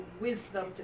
wisdom